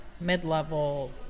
mid-level